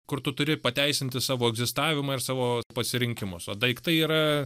kur tu turi pateisinti savo egzistavimą ir savo pasirinkimus o daiktai yra